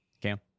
Cam